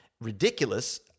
ridiculous